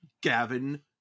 Gavin